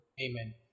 Amen